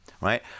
right